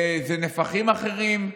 זה נפחים אחרים.